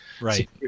Right